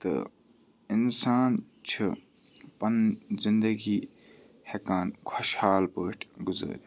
تہٕ اِنسان چھُ پَنٕںۍ زندگی ہٮ۪کان خۄشحال پٲٹھۍ گُزٲرِتھ